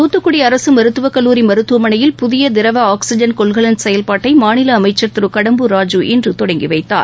தூத்துக்குடி அரசு மருத்துவக் கல்லூரி மருத்துவமனையில் புதிய திரவ ஆக்ஸிஜன் கொள்கலன் செயல்பாட்டை மாநில அமைச்சள் திரு கடம்பூர் ராஜூ இன்று தொடங்கி வைத்தார்